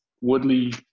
Woodley